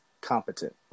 Competent